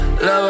love